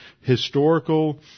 historical